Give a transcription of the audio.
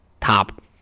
top